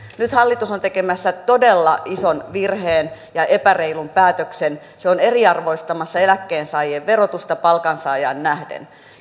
nyt hallitus on tekemässä todella ison virheen ja epäreilun päätöksen se on eriarvoistamassa eläkkeensaajien verotusta palkansaajaan nähden